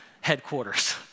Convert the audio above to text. headquarters